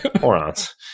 morons